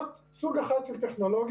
זה סוג אחד של טכנולוגיות.